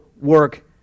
work